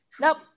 Nope